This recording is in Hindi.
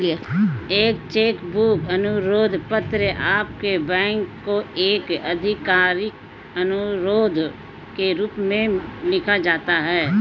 एक चेक बुक अनुरोध पत्र आपके बैंक को एक आधिकारिक अनुरोध के रूप में लिखा जाता है